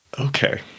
Okay